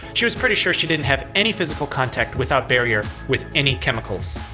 she was pretty sure she didn't have any physical contact without barrier with any chemicals.